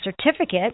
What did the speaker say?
certificate